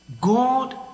God